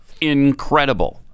Incredible